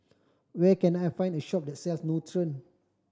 where can I find a shop that sell Nutren